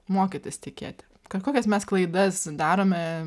mokytis tikėti ka kokias mes klaidas darome